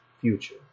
future